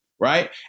Right